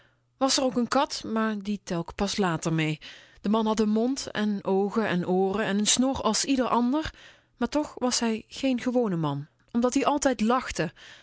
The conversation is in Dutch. was ook n kat maar die tel k pas later mee de man had n mond en oogen en ooren en n snor als ieder ander maar was toch geen gewone man omdat-ie altijd lachte